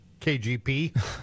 KGP